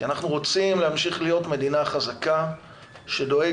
כי אנחנו רוצים להמשיך להיות מדינה חזקה שדואגת